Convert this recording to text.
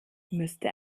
müsste